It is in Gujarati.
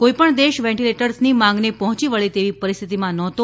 કોઇપણ દેશ વેન્ટિલેટર્સની માંગને પહોંચી વળે તેવી પરિસ્થિતિમાં ન હતો